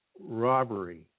robbery